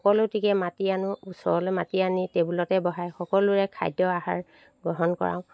সকলোটিকে মাতি আনো ওচৰলৈ মাতি আনি টেবুলতে বহাই সকলোৰে খাদ্য আহাৰ গ্ৰহণ কৰাও